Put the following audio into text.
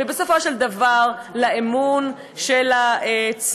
ובסופו של דבר לאמון הציבור.